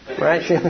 Right